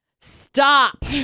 Stop